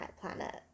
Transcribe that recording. planet